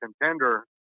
contender